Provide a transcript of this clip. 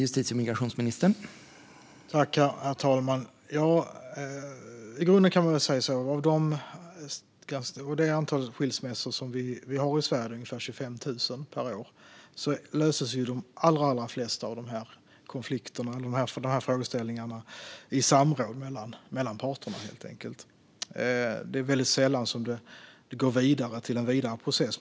Herr talman! I de allra flesta av de ungefär 25 000 skilsmässor som vi har i Sverige per år löses dessa konflikter och frågeställningar i samråd mellan parterna. Det är väldigt sällan det går till en vidare process.